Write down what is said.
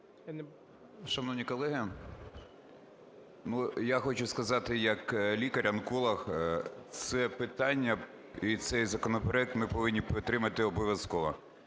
Шановні колеги, я хочу сказати як лікар-онколог. Це питання і цей законопроект ми повинні підтримати обов'язково.